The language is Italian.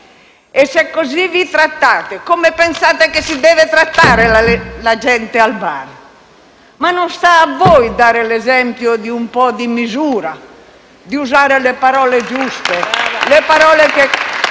E se così vi trattate, come pensate che si deve trattare la gente al bar? Ma non sta a voi dare l'esempio di un po' di misura, nell'usare le parole giuste, parole che